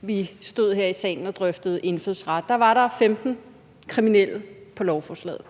vi stod her i salen og drøftede indfødsret, var der 15 kriminelle på lovforslaget.